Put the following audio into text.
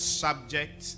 subject